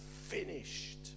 finished